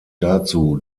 dazu